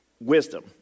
wisdom